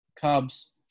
Cubs